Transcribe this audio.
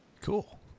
Cool